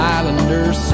Islanders